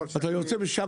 אתה יוצא בחמש